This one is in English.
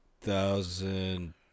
thousand